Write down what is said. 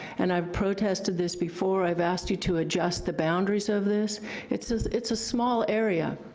and i've protested this before, i've asked you to adjust the boundaries of this it's this it's a small area.